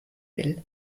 will